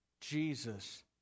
Jesus